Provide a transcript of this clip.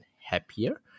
happier